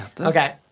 Okay